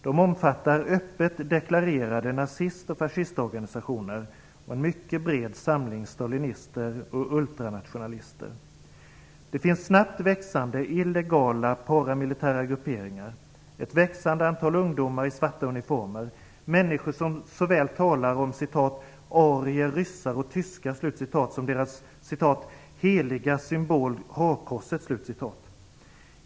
De omfattar öppet deklarerade nazist och fascistorganisationer och en mycket bred samling stalinister och ultranationalister. - Det finns snabbt växande illegala paramilitära grupperingar, ett växande antal ungdomar i svarta uniformer, människor som såväl talar om ?arier-ryssar och tyskar ́ som deras ?heliga symbol hakkorset ́.